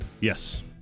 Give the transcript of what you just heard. yes